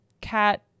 cat